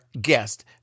guest